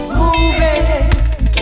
moving